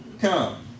come